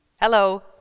Hello